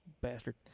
Bastard